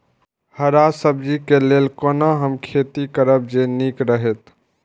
हरा सब्जी के लेल कोना हम खेती करब जे नीक रहैत?